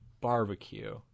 barbecue